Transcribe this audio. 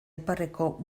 iparreko